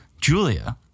Julia